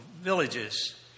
villages